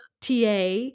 TA